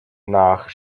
nach